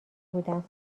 بودم